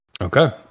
Okay